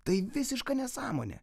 tai visiška nesąmonė